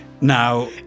Now